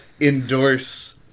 endorse